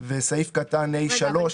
וסעיף קטן ה3.